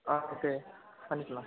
ஆ okay பண்ணிக்கலாம்